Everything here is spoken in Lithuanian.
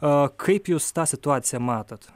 a kaip jūs tą situaciją matot